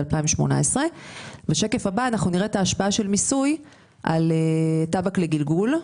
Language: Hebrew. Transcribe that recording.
2018. בשקף הבא אנחנו נראה את ההשפעה של מיסוי על טבק לגלגול.